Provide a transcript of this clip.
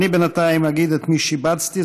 בינתיים אגיד את מי שיבצתי,